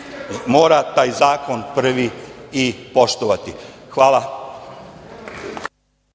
mora taj zakon prvi i poštovati. Hvala.